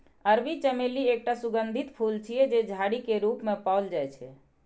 अरबी चमेली एकटा सुगंधित फूल छियै, जे झाड़ी के रूप मे पाओल जाइ छै